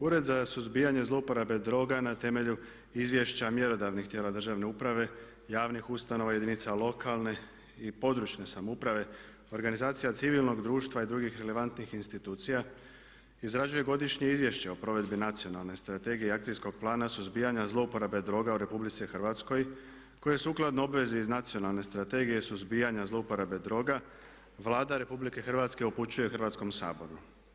Ured za suzbijanje zlouporabe droga na temelju izvješća mjerodavnih tijela državne uprave, javnih ustanova jedinica lokalne i područne samouprave, organizacija civilnog društva i drugih relevantnih institucija izrađuje Godišnje izvješće o provedbi Nacionalne strategije i Akcijskog plana suzbijanja zlouporaba droga u RH koje sukladno obvezi iz Nacionalne strategije suzbijanja zlouporabe droga Vlada Republike Hrvatske upućuje Hrvatskom saboru.